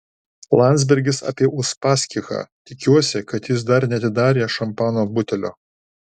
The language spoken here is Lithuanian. landsbergis apie uspaskichą tikiuosi kad jis dar neatidarė šampano butelio